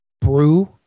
brew